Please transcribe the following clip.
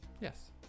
Yes